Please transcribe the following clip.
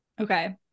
Okay